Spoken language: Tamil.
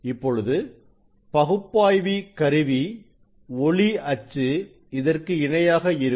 இப்பொழுது பகுப்பாய்வி கருவி ஒளி அச்சு இதற்கு இணையாக இருக்கும்